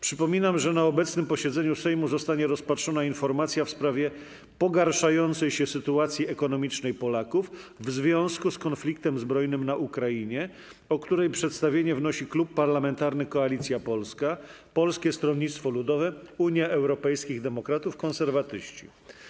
Przypominam, że na obecnym posiedzeniu Sejmu zostanie rozpatrzona informacja w sprawie pogarszającej się sytuacji ekonomicznej Polaków w związku z konfliktem zbrojnym na Ukrainie, o której przedstawienie wnosił Klub Parlamentarny Koalicja Polska - Polskie Stronnictwo Ludowe, Unia Europejskich Demokratów, Konserwatyści.